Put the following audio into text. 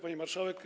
Pani Marszałek!